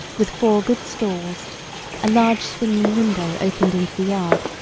with four good stalls a large swinging window opened into the yard,